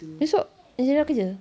esok angelina kerja